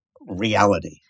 reality